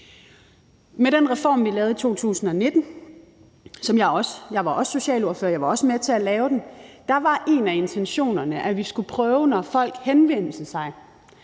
Med den reform, vi lavede i 2019 – jeg var også socialordfører, og jeg var også med til at lave den – var en af intentionerne, at folk, når folk henvendte sig,